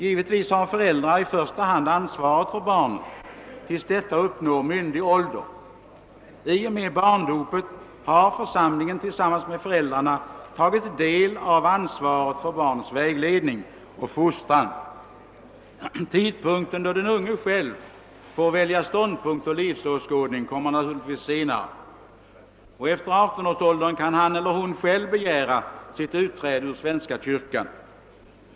Givetvis bär föräldrarna i första hand ansvaret för barnet tills detta uppnår myndig ålder. I och med barndopet har församlingen tillsammans med föräldrarna tagit en del av ansvaret för barnets vägledning och fostran. Den tidpunkt när den unge själv får välja ståndpunkt och livsåskådning kommer naturligtvis senare. Efter 18 års ålder kan han eller hon själv begära sitt utträde ur svenska kyrkan.